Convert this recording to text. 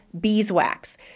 beeswax